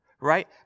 right